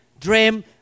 dream